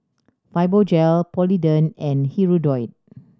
Fibogel Polident and Hirudoid